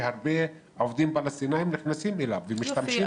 שהרבה עובדים פלסטינים נכנסים אליו ומשתמשים בו.